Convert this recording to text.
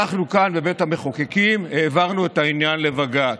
אנחנו כאן בבית המחוקקים העברנו את העניין לבג"ץ,